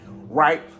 Right